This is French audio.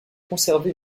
conservé